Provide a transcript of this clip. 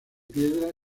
piedra